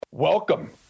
Welcome